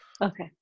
Okay